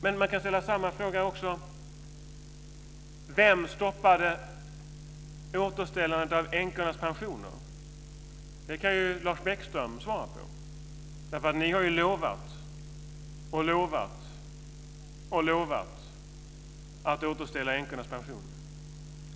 Men på samma sätt kan man fråga: Vem stoppade återställandet av änkornas pensioner? Det kan ju Lars Bäckström svara på. Ni har ju lovat och lovat och lovat att återställa änkornas pensioner.